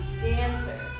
Dancer